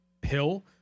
pill